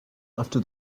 after